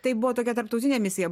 tai buvo tokia tarptautinė misija